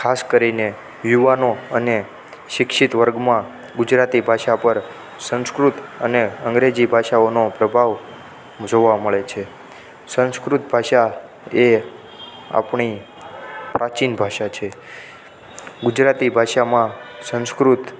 ખાસ કરીને યુવાનો અને શિક્ષિત વર્ગમાં ગુજરાતી ભાષા પર સંસ્કૃત અને અંગ્રેજી ભાષાઓનો પ્રભાવ જોવા મળે છે સંસ્કૃત ભાષા એ આપણી પ્રાચીન ભાષા છે ગુજરાતી ભાષામાં સંસ્કૃત